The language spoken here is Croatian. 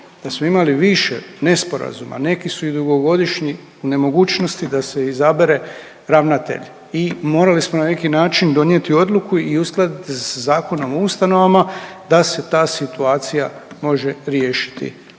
da smo imali više nesporazuma. Neki su i dugogodišnji nemogućnosti da se izabere ravnatelj i morali smo na neki način donijeti odluku i uskladiti se sa Zakonom o ustanovama da se ta situacija može riješiti.